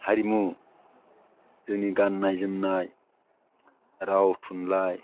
हारिमु जोंनि गान्नाय जोमनाय राव थुनलाइ